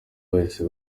bahise